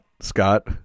Scott